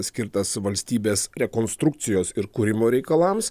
skirtas valstybės rekonstrukcijos ir kūrimo reikalams